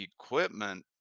equipment